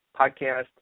podcast